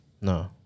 no